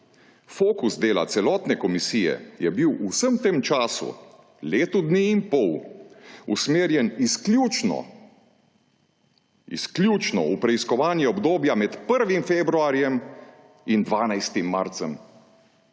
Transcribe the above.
Fokus dela celotne komisije je bil v vsem tem času, leto dni in pol, usmerjen izključno v preiskovanje obdobja med 1. februarjem in 12. marcem